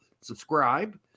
subscribe